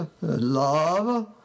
love